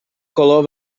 color